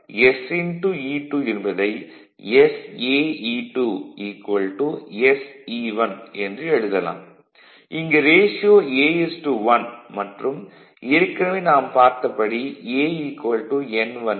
இங்கு ratio a 1 மற்றும் ஏற்கனவே நாம் பார்த்தபடி a N1 N2